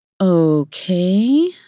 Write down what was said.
Okay